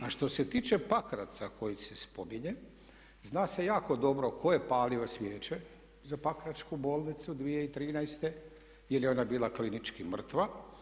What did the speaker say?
A što se tiče Pakraca koji se spominje zna se jako dobro tko je palio svijeće za Pakračku bolnicu 2013. jer je ona bila klinički mrtva.